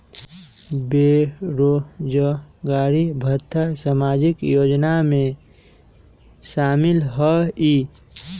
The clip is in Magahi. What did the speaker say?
बेरोजगारी भत्ता सामाजिक योजना में शामिल ह ई?